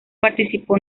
participó